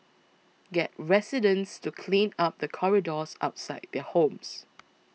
get residents to clean up the corridors outside their homes